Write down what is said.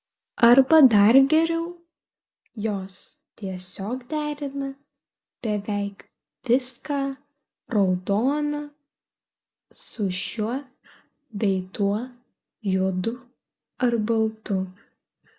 arba dar geriau jos tiesiog derina beveik viską raudoną su šiuo bei tuo juodu ar baltu